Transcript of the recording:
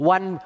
One